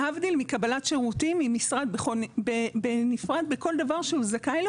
להבדיל מקבלת שירותים ממשרד בנפרד בכל דבר שהוא זכאי לו